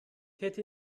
hätte